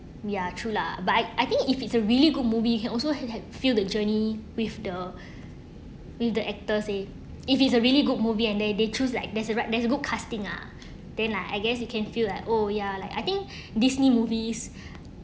ya true lah but I I think if it's a really good movie it can also had had feel the journey with the with the actors eh if it's a really good movie and they they choose like there's a there's a good costing ah then like I guess you can feel like oh ya like I think disney movies